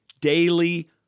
Daily